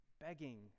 Begging